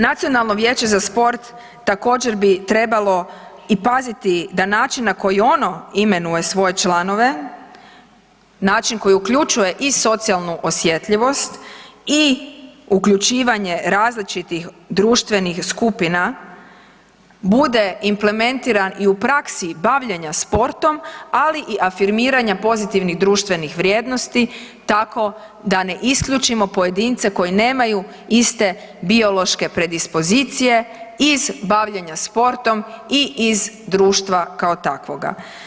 Nacionalno vijeće za sport također bi trebalo i paziti da način na koji ono imenuje svoje članove, način koji uključuje i socijalnu osjetljivost i uključivanje različitih društvenih skupina bude implementiran i u praksi bavljenja sportom, ali i afirmiranja pozitivnih društvenih vrijednosti tako da ne isključimo pojedince koji nemaju iste biološke predispozicije iz bavljenja sportom i iz društva kao takvoga.